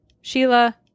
Sheila